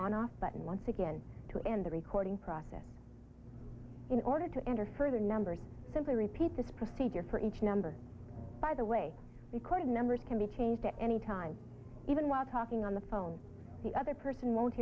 on off button once again to end the recording process in order to enter further numbers simply repeat this procedure for each number by the way record numbers can be changed at any time even while talking on the phone the other person won't